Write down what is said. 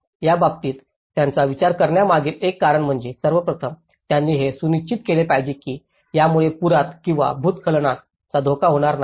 याबाबतीत त्यांचा विचार करण्यामागील एक कारण म्हणजे सर्वप्रथम त्यांनी हे सुनिश्चित केले पाहिजे की यामुळे पुरात किंवा भूस्खलनाचा धोका होणार नाही